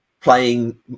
Playing